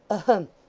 ahem!